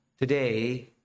today